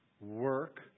work